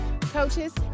coaches